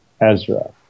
Ezra